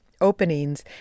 openings